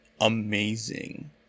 amazing